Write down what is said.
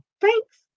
Thanks